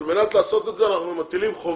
עכשיו, על מנת לעשות את זה, אנחנו מטילים חובה